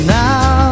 now